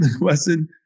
Wesson